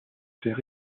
faire